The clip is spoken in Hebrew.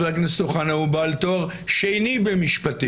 הכנסת אוחנה הוא בעל תואר שני במשפטים.